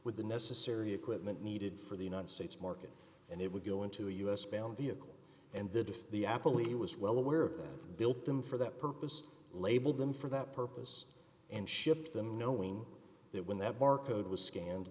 with the necessary equipment needed for the united states market and it would go into a u s bound vehicle and that if the apple he was well aware of that built them for that purpose labeled them for that purpose and shipped them knowing that when that barcode was sca